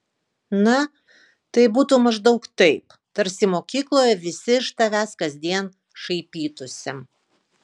na tai būtų maždaug taip tarsi mokykloje visi iš tavęs kasdien šaipytųsi